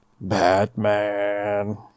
Batman